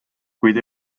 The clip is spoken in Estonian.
kuid